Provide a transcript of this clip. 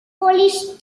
polish